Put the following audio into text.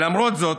למרות זאת,